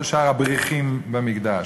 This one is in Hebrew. כל שאר הבריחים במקדש,